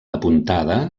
apuntada